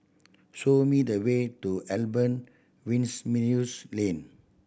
show me the way to Albert Winsemius Lane